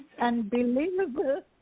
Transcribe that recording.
unbelievable